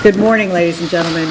good morning ladies and gentlemen